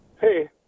Hey